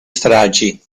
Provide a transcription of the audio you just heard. stragi